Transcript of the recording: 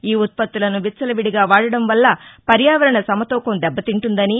ఈ ఉత్పత్తులను విచ్చలవిడిగా వాడడం వల్ల పర్యావరణ సమ తూకం దెబ్బతింటుందని